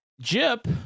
Jip